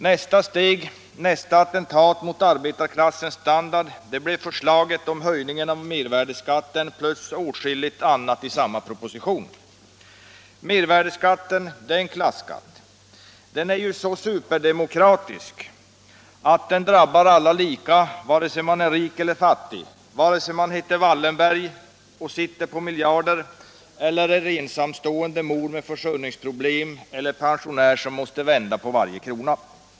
Nästa steg, nästa attentat mot arbetarklassens standard blev förslaget om höjning av mervärdeskatten plus åtskilligt annat i samma proposition. Mervärdeskatten är en klasskatt. Den är så ”superdemokratisk” att den drabbar alla lika vare sig man är rik eller fattig, vare sig man heter Wallenberg och sitter på miljarder eller är ensamstående mor med försörjningsproblem eller en pensionär som måste vända på varje krona.